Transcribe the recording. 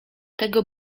tego